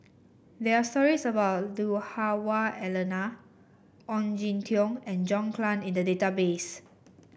there are stories about Lui Hah Wah Elena Ong Jin Teong and John Clang in the database